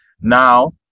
now